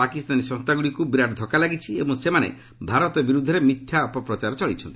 ପାକିସ୍ତାନୀ ସଂସ୍ଥାଗୁଡ଼ିକୁ ବିରାଟ ଧକ୍କା ଲାଗିଛି ଏବଂ ସେମାନେ ଭାରତ ବିରୁଦ୍ଧରେ ଅପପ୍ରଚାର ଚଳାଇଛନ୍ତି